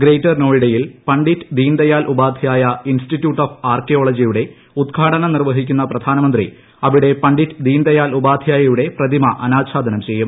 greater നോയ്ഡയിൽ Pandit Deendayal Upadhyaya institute of ആർക്കിയോളജിയുടെ ഉദ്ഘാടനം നിർവ്വഹിക്കുന്ന പ്രധാനമന്ത്രി അവിടെ പണ്ഡിറ്റ് ദീൻ ദയാൽ ഉപാദ്ധ്യയുടെ പ്രതിമ അനാച്ഛാദനം ചെയ്യും